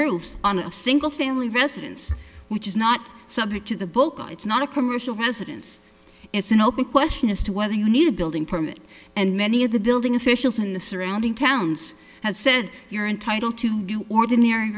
roof on a single family residence which is not subject to the book it's not a commercial residence it's an open question as to whether you need a building permit and many of the building officials in the surrounding towns have said you're entitle to do ordinary